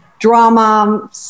drama